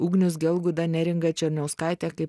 ugnius gelguda neringa černiauskaitė kaip